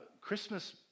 Christmas